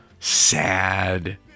Sad